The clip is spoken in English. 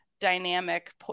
dynamic